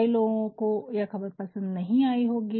कई लोगों को यह खबर शायद पसंद नहीं आई होगी